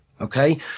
okay